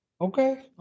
Okay